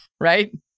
Right